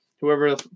whoever